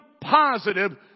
positive